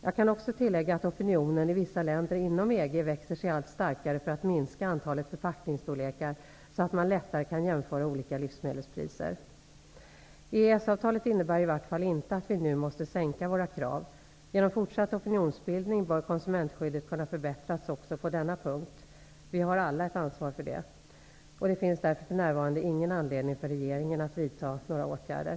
Jag kan också tillägga att opinionen i vissa länder inom EG växer sig allt starkare för att minska antalet förpackningsstorlekar, så att man lättare kan jämföra olika livsmedelspriser. EES-avtalet innebär i vart fall inte att vi nu måste sänka våra krav. Genom fortsatt opinionsbildning bör konsumentskyddet kunna förbättras också på denna punkt. Vi har alla ett ansvar för detta. Det finns därför för närvarande ingen anledning för regeringen att vidta några åtgärder.